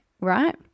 right